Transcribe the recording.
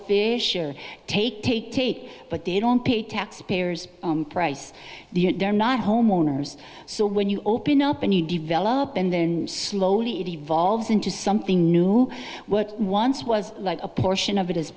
fish or take take take but they don't pay tax payers price the they're not homeowners so when you open up and you develop and then slowly it evolves into something new what once was a portion of it is